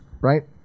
right